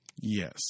Yes